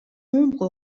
ombre